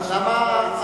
ההצעה להעביר את